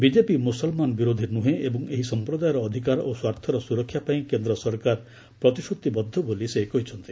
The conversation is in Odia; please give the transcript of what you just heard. ବିଜେପି ମୁସଲମାନ ବିରୋଧୀ ନୁହେଁ ଏବଂ ଏହି ସମ୍ପ୍ରଦାୟର ଅଧିକାର ଓ ସ୍ୱାର୍ଥର ସୁରକ୍ଷା ପାଇଁ କେନ୍ଦ୍ର ସରକାର ପ୍ରତିଶ୍ରତିବଦ୍ଧ ବୋଲି ସେ କହିଛନ୍ତି